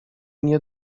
nie